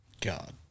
god